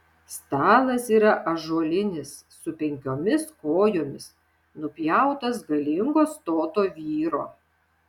stalas yra ąžuolinis su penkiomis kojomis nupjautas galingo stoto vyro